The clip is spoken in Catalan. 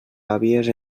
àvies